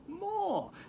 more